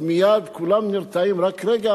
אז מייד כולם נרתעים: רק רגע,